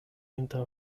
inter